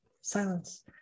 silence